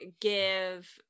give